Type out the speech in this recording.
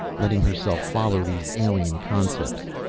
letting herself follow these alien concepts.